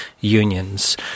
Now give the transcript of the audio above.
unions